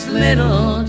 little